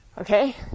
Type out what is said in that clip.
Okay